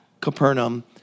Capernaum